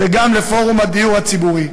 וגם לפורום הדיור הציבורי.